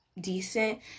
decent